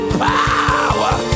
power